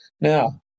Now